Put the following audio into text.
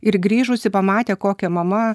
ir grįžusi pamatė kokia mama